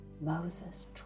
Moses